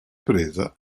presa